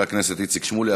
חבר הכנסת איציק שמולי.